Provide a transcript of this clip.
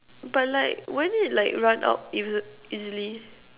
but like won't it like run out easi~ easily